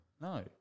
No